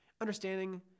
understanding